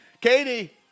katie